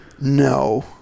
No